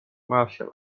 martial